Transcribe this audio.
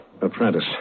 Apprentice